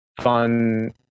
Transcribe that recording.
fun